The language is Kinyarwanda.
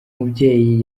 mubyeyi